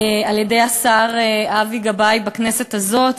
על-ידי השר אבי גבאי בכנסת הזאת,